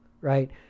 right